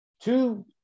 two